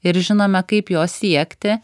ir žinome kaip jo siekti